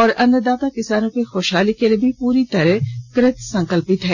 और अन्नदाता किसानों की खुशहाली के लिए भी पुरी तरह कृतसंकल्पित है